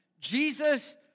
Jesus